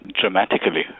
dramatically